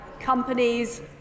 Companies